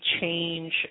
change